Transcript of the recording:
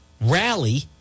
rally